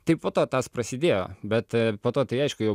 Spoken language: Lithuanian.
tai po to tas prasidėjo bet po to tai aišku jau